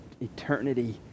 eternity